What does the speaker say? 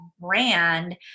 brand